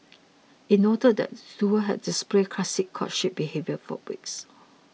it noted that duo had displayed classic courtship behaviour for weeks